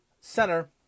Center